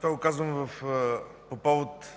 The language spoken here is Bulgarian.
Това го казвам по повод